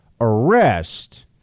arrest